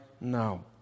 now